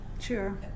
Sure